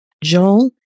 Joel